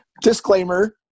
disclaimer